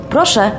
Proszę